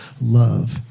love